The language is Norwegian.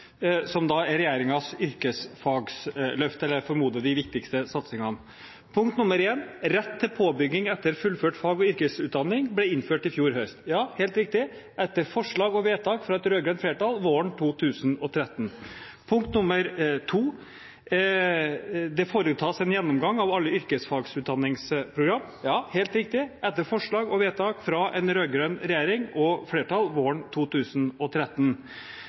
som er regjeringens yrkesfagløfte, og som jeg formoder er de viktigste satsingene. Punkt nr. 1: Rett til påbygging etter fullført fag- og yrkesutdanning ble innført i fjor høst. – Ja, helt riktig, etter forslag og vedtak fra et rød-grønt flertall våren 2013. Punkt nr. 2: Det foretas en gjennomgang av alle yrkesfagutdanningsprogram. – Ja, helt riktig, etter forslag og vedtak fra en rød-grønn regjering og et rød-grønt flertall våren 2013.